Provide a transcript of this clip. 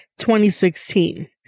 2016